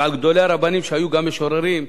ועל גדולי הרבנים שהיו גם משוררים,